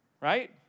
right